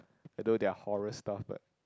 although they are horror stuff but